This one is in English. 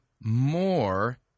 more